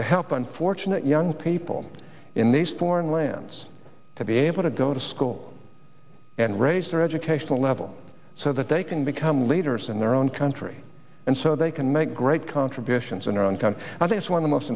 to help unfortunate young people in these foreign lands to be able to go to school and raise their educational level so that they can become leaders in their own country and so they can make great contributions in their own country i think one of the most